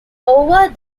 over